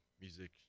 music